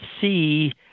see